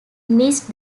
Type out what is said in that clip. missed